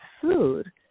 food